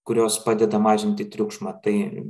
kurios padeda mažinti triukšmą tai